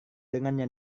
dengannya